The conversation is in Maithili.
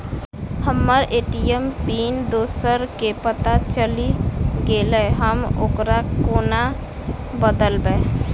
हम्मर ए.टी.एम पिन दोसर केँ पत्ता चलि गेलै, हम ओकरा कोना बदलबै?